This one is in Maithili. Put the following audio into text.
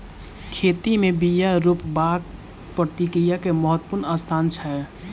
खेती में बिया रोपबाक प्रक्रिया के महत्वपूर्ण स्थान छै